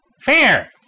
Fair